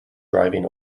driving